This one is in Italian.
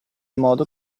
modo